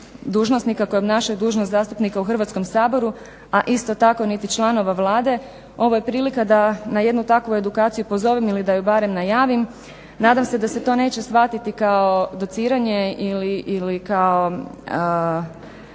dužnosnika koji obnašaju dužnost zastupnika u Hrvatskom saboru, a isto tako niti članova Vlade. Ovo je prilika da na jednu takvu edukaciju pozovem ili da je barem najavim. Nadam se da se to neće shvatiti kao dociranje ili kao